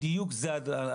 בדיוק זה הדבר.